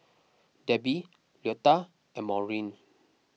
Debbie Leota and Maureen